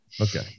Okay